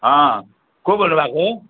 अँ को बोल्नुभएको